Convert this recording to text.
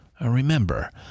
Remember